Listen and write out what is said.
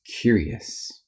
curious